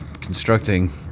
constructing